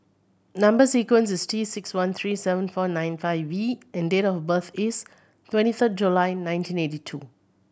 number sequence is T six one three seven four nine five V and date of birth is twenty third July nineteen eighty two